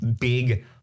big